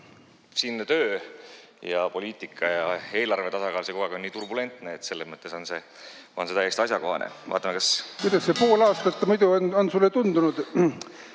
siinne töö ja poliitika ja eelarve tasakaal ja kõik on kogu aeg nii turbulentne, et selles mõttes on see täiesti asjakohane.